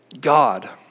God